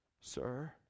Sir